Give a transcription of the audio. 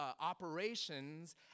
operations